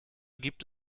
gibt